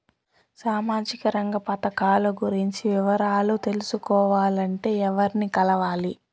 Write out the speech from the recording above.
సామాజిక రంగ పథకాలు గురించి వివరాలు తెలుసుకోవాలంటే ఎవర్ని కలవాలి?